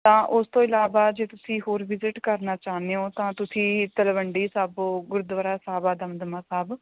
ਤਾਂ ਉਸ ਤੋਂ ਇਲਾਵਾ ਜੇ ਤੁਸੀਂ ਹੋਰ ਵਿਜਿਟ ਕਰਨਾ ਚਾਹੁੰਦੇ ਹੋ ਤਾਂ ਤੁਸੀਂ ਤਲਵੰਡੀ ਸਾਬੋ ਗੁਰਦੁਆਰਾ ਸਾਹਿਬ ਆ ਦਮਦਮਾ ਸਾਹਿਬ